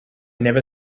never